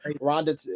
Ronda